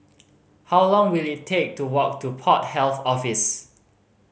how long will it take to walk to Port Health Office